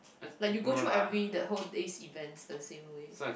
like you go through every the whole day's event the same way